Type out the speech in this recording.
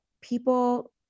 people